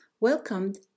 welcomed